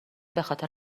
بخاطر